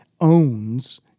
owns